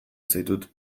zaitut